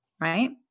right